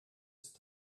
ist